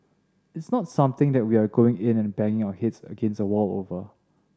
it's not something that we are going in and banging our heads against a wall over